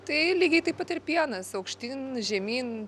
tai lygiai taip pat ir pienas aukštyn žemyn